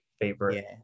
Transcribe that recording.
favorite